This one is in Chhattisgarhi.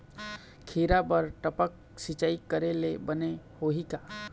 खिरा बर टपक सिचाई करे ले बने होही का?